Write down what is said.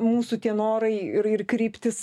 mūsų tie norai ir ir kryptys